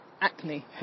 acne